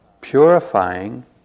purifying